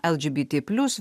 eldžibiti plius